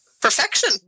perfection